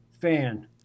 fan